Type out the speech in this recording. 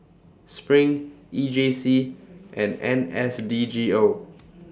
SPRING E J C and N S D G O